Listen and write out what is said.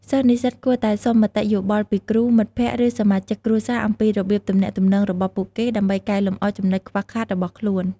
សិស្សនិស្សិតគួរតែសុំមតិយោបល់ពីគ្រូ មិត្តភក្តិ ឬសមាជិកគ្រួសារអំពីរបៀបទំនាក់ទំនងរបស់ពួកគេ ដើម្បីកែលម្អចំណុចខ្វះខាតរបស់ខ្លួន។